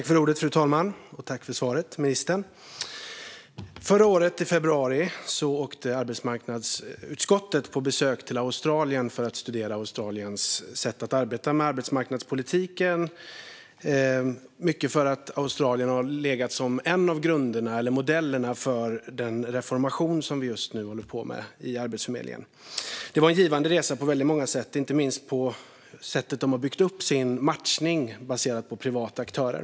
Fru talman! Jag tackar ministern för svaret. I februari förra året åkte arbetsmarknadsutskottet på besök till Australien för att studera landets sätt att arbeta med arbetsmarknadspolitiken, mycket för att Australien har legat som en av modellerna för den reformering som vi just nu håller på med i Arbetsförmedlingen. Det var en givande resa på väldigt många sätt, inte minst vad gäller sättet de har byggt upp sin matchning på baserat på privata aktörer.